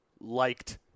liked